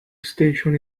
station